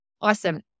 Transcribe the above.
Awesome